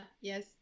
yes